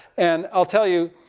and i'll tell you,